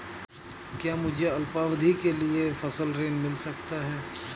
क्या मुझे अल्पावधि के लिए फसल ऋण मिल सकता है?